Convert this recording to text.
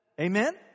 Amen